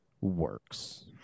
works